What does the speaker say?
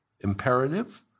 imperative